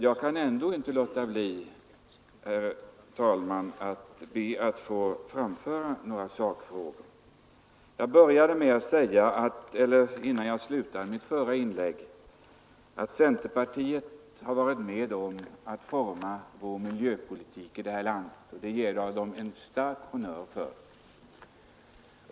Jag kan ändå inte, herr talman avstå från att ta upp ett par sakfrågor. Innan jag slutade mitt förra inlägg sade jag att centerpartiets medlemmar har varit med om att forma vår miljöpolitik i det här landet, och det ger jag dem en erkännsam honnör för.